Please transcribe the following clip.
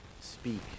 Speak